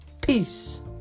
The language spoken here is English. Peace